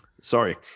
Sorry